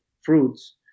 fruits